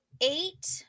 eight